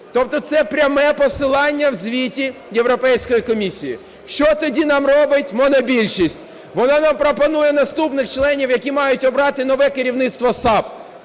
Тобто це пряме посилання в звіті Європейської комісії. Що тоді нам робить монобільшість? Вона нам пропонує наступних членів, які мають обрати нове керівництво САП